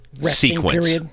sequence